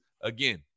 Again